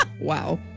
Wow